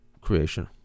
creation